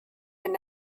wenn